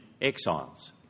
exiles